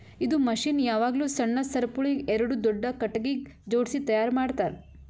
ಇದು ಮಷೀನ್ ಯಾವಾಗ್ಲೂ ಸಣ್ಣ ಸರಪುಳಿಗ್ ಎರಡು ದೊಡ್ಡ ಖಟಗಿಗ್ ಜೋಡ್ಸಿ ತೈಯಾರ್ ಮಾಡ್ತರ್